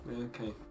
Okay